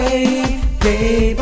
Baby